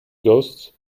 ghosts